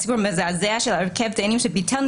הסיפור המזעזע של הרכב דיינים שביטל את